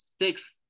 six